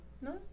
No